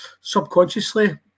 subconsciously